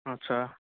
আচ্ছা